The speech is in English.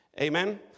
Amen